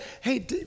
hey